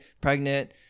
pregnant